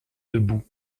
debout